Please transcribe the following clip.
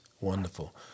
wonderful